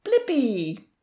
Blippi